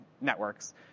networks